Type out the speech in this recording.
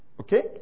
Okay